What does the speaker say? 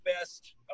best